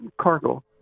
Cargo